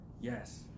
yes